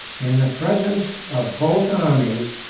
in the presence of both armies,